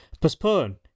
Postpone